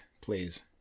please